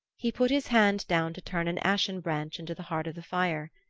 he put his hand down to turn an ashen branch into the heart of the fire.